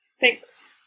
Thanks